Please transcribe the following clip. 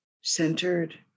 centered